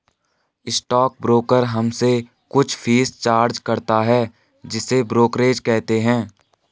stock broker हमसे कुछ fees charge करते हैं जिसे ब्रोकरेज कहते हैं